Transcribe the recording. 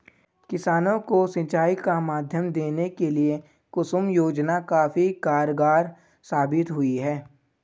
किसानों को सिंचाई का माध्यम देने के लिए कुसुम योजना काफी कारगार साबित हुई है